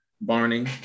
Barney